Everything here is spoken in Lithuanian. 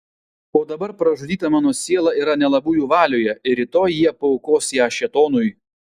o dabar pražudyta mano siela yra nelabųjų valioje ir rytoj jie paaukos ją šėtonui